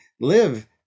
live